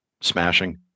smashing